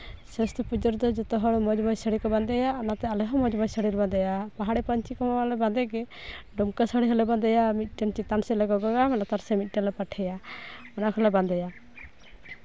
ᱥᱚᱨᱚᱥᱚᱛᱤ ᱯᱩᱡᱟᱹ ᱨᱮᱫᱚ ᱡᱚᱛᱚ ᱦᱚᱲ ᱢᱚᱡᱽ ᱢᱚᱡᱽ ᱥᱟᱹᱲᱤ ᱠᱚ ᱵᱟᱸᱫᱮᱭᱟ ᱚᱱᱟᱛᱮ ᱟᱞᱮ ᱦᱚᱸ ᱢᱚᱡᱽ ᱢᱚᱡᱽ ᱥᱟᱹᱲᱤᱞᱮ ᱵᱟᱫᱮᱭᱟ ᱯᱟᱦᱟᱲᱤ ᱯᱟᱸᱧᱪᱤ ᱠᱚᱢᱟᱞᱮ ᱵᱟᱸᱫᱮᱜᱮ ᱰᱩᱢᱠᱟᱹ ᱥᱟᱹᱲᱤ ᱦᱚᱸᱞᱮ ᱵᱟᱸᱫᱮᱭᱟ ᱢᱤᱫᱴᱮᱱ ᱪᱮᱛᱟᱱ ᱥᱮᱫᱞᱮ ᱜᱚᱜᱚᱜᱟ ᱞᱟᱛᱟᱨ ᱥᱮᱫ ᱢᱤᱫᱴᱟᱱᱞᱮ ᱯᱟᱴᱷᱮᱮᱭᱟ ᱚᱱᱟ ᱠᱚᱦᱚᱸᱞᱮ ᱵᱟᱸᱫᱮᱭᱟ